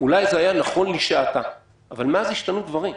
אולי זה היה נכון לשעתה, אבל מאז השתנו דברים.